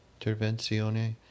interventione